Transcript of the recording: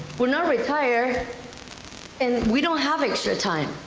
we're not retired and we don't have extra time.